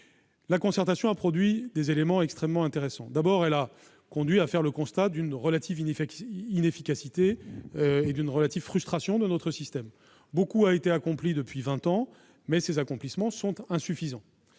La concertation a produit des éléments extrêmement intéressants. D'abord, elle a conduit au constat d'une relative inefficacité de notre système et d'une relative frustration. Beaucoup a été accompli depuis vingt ans, mais ces accomplissements sont insuffisants